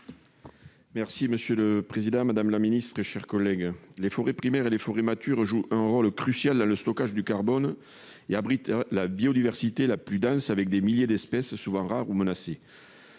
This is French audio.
est ainsi libellé : La parole est à M. Henri Cabanel. Les forêts primaires et les forêts matures jouent un rôle crucial dans le stockage du carbone et abritent la biodiversité la plus dense, avec des milliers d'espèces, souvent rares ou menacées.